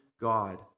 God